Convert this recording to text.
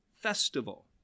festival